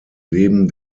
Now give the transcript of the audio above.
leben